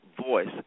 voice